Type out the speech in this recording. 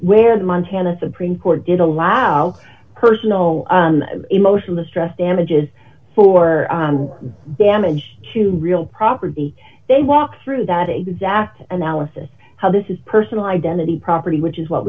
the montana supreme court did allow personal emotional distress damages for damage to real property they walk through that exact analysis how this is personal identity property which is what